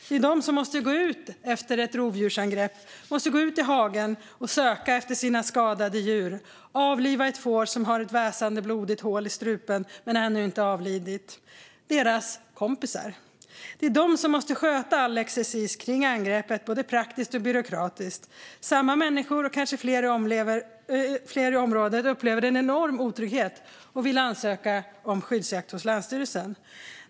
Det är de som efter ett rovdjursangrepp måste gå ut i hagen och söka efter sina skadade djur, kanske avliva ett får som har ett väsande blodigt hål i strupen men ännu inte avlidit - deras kompisar. Det är de som måste sköta all exercis kring angreppet, både praktiskt och byråkratiskt. Samma människor och kanske fler i området upplever en enorm otrygghet och kan vilja ansöka om skyddsjakt hos länsstyrelsen.